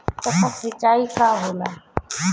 टपक सिंचाई का होला?